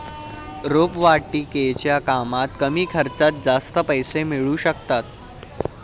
रोपवाटिकेच्या कामात कमी खर्चात जास्त पैसे मिळू शकतात